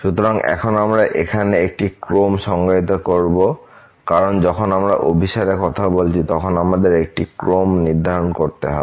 সুতরাং এখন আমরা এখানে একটি ক্রম সংজ্ঞায়িত করব কারণ যখন আমরা অভিসারের কথা বলছি তখন আমাদের একটি ক্রম নির্ধারণ করতে হবে